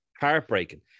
heartbreaking